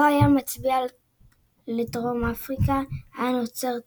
לו היה מצביע לדרום אפריקה היה נוצר תיקו,